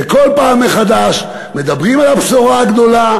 וכל פעם מחדש מדברים על הבשורה הגדולה